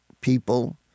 people